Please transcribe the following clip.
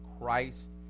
Christ